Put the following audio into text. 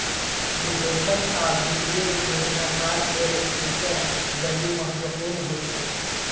निवेशक आ वित्तीय योजनाकार लेल फ्यूचर वैल्यू महत्वपूर्ण होइ छै